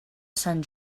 sant